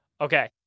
Okay